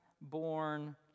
born